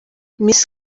miss